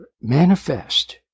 manifest